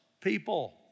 people